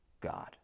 God